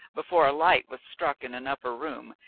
before a light was struck in an upper room,